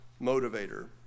motivator